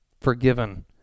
forgiven